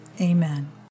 Amen